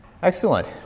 Excellent